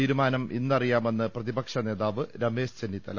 തീരുമാനം ഇന്ന റിയാമെന്ന് പ്രതിപക്ഷ നേതാവ് രമേശ് ചെന്നിത്തല